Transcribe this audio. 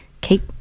keep